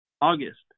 August